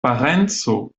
parenco